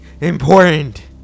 important